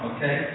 Okay